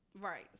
Right